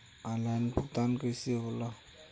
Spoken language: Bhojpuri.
ऑनलाइन भुगतान कईसे होला?